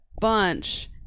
bunch